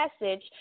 message